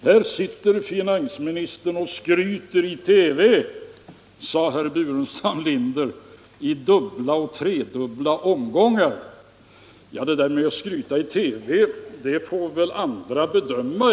”Här sitter finansministern och skryter i TV”, sade herr Burenstam Linder i dubbla och tredubbla omgångar. Det där med att jag skryter i TV får väl andra bedöma.